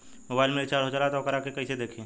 Mobile में recharge हो जाला त वोकरा के कइसे देखी?